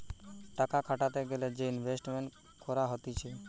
টাকা খাটাতে গ্যালে যে ইনভেস্টমেন্ট করা হতিছে